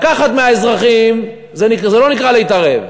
לקחת מהאזרחים זה לא נקרא להתערב,